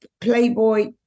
playboy